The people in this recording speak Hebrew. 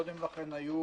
קודם לכן היו,